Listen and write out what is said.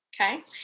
okay